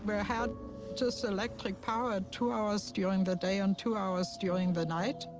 but had just electric power two hours during the day and two hours during the night.